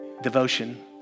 Devotion